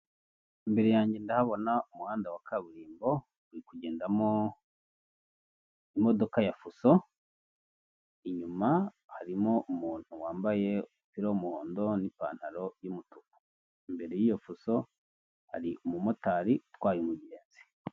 Imbere yanjye ndahabona umuhanda wa kaburimbo uri kugendamo imodoka ya fuso, inyuma harimo umuntu wambaye umupira w'umuhondo n'ipantaro y'umutuku, imbere yiyo fuso hari umumotari utwaye umugenzi.